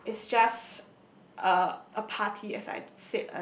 it's just a party as I